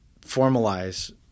formalize